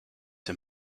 him